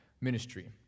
ministry